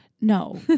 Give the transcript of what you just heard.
No